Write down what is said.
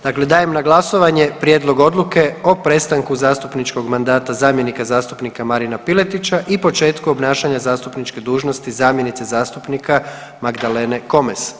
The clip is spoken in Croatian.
Dakle, dajem na glasovanje Prijedlog Odluke o prestanku zastupničkog mandata zamjenika zastupnika Marina Piletića i početku obnašanja zastupničke dužnosti zamjenice zastupnika Magdalene Komes.